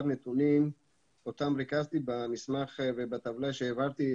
נתונים אותם ריכזתי במסמך ובטבלה שהעברתי.